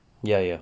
ya ya